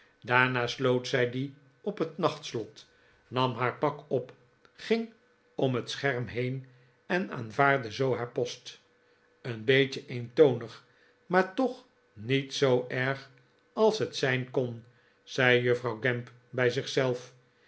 daarna sloot zij die op het nachtslot nam haar pak op ging om het scherm heen en aanvaardde zoo haar post een beetje eentonig maar toch niet zoo erg als het zijn kon zei juffrouw gamp bij